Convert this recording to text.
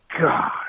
God